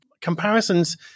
comparisons